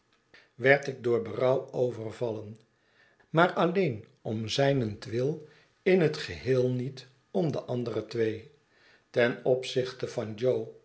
werd ik door berouw overvallen maar alleen om zijnentwil in t geheel niet om de andere twee ten opzichte van jo